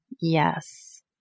Yes